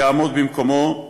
יעמוד במקומו,